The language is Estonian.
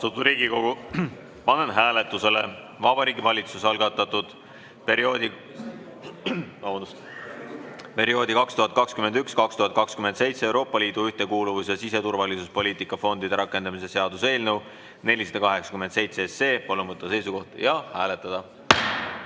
Riigikogu, panen hääletusele Vabariigi Valitsuse algatatud perioodi 2021–2027 Euroopa Liidu ühtekuuluvus- ja siseturvalisuspoliitika fondide rakendamise seaduse eelnõu 487. Palun võtta seisukoht ja hääletada!